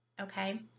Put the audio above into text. okay